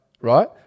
right